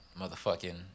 motherfucking